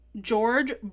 George